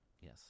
Yes